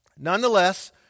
Nonetheless